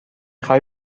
خوای